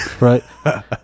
right